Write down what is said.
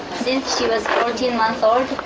since she was fourteen months old,